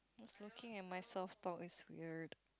looking at myself talk is weird